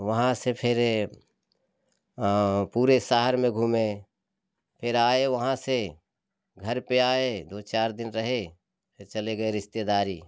वहाँ से फिर पूरे शहर में घूमें फिर आए वहाँ से घर पे आए दो चार दिन रहे फिर चले गए रिश्तेदारी